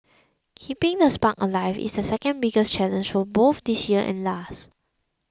keeping the spark alive is the second biggest challenge for both this year and last